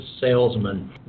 salesman